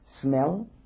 smell